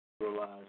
Realize